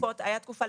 הייתה תקופה,